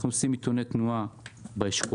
אנחנו עושים נתוני תנועה באשכולות,